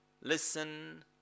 listen